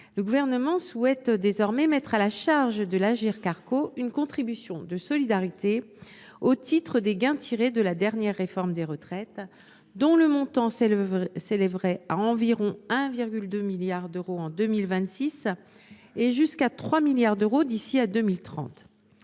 le Gouvernement souhaite désormais mettre à la charge de l’Agirc Arrco une contribution de solidarité au titre des gains que ce régime tire de la dernière réforme des retraites, gains dont le montant s’élèverait à environ 1,2 milliard d’euros en 2026 et jusqu’à 3 milliards d’euros d’ici à 2030.